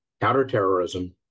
counterterrorism